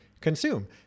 consume